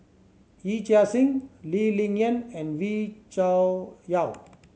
Yee Chia Hsing Lee Ling Yen and Wee Cho Yaw